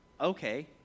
Okay